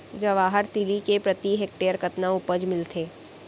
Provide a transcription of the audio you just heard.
जवाहर तिलि के प्रति हेक्टेयर कतना उपज मिलथे?